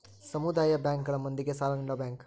ಸಮುದಾಯ ಬ್ಯಾಂಕ್ ಗಳು ಮಂದಿಗೆ ಸಾಲ ನೀಡ ಬ್ಯಾಂಕ್